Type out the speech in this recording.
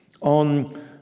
on